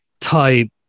Type